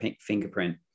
fingerprint